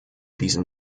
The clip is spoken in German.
diesen